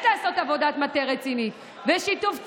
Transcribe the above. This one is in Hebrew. לעשות עבודה מטה רצינית בשיתוף ציבור,